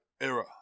era